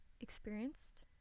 experienced